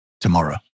tomorrow